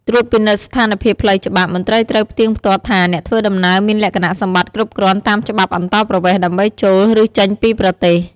ត្រួតពិនិត្យស្ថានភាពផ្លូវច្បាប់ មន្ត្រីត្រូវផ្ទៀងផ្ទាត់ថាអ្នកធ្វើដំណើរមានលក្ខណៈសម្បត្តិគ្រប់គ្រាន់តាមច្បាប់អន្តោប្រវេសន៍ដើម្បីចូល ឬចេញពីប្រទេស។